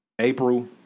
April